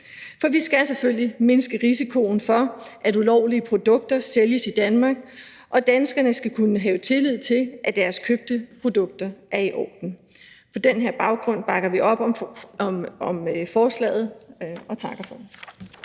For vi skal selvfølgelig mindske risikoen for, at ulovlige produkter sælges i Danmark, og danskerne skal kunne have tillid til, at deres købte produkter er i orden. På den her baggrund bakker vi op om forslaget og siger tak.